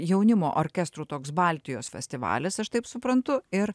jaunimo orkestrų toks baltijos festivalis aš taip suprantu ir